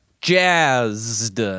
Jazzed